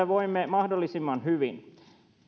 voimme mahdollisimman hyvin